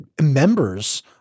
members